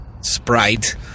Sprite